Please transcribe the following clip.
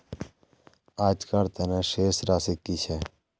आजकार तने शेष राशि कि छे?